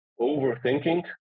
overthinking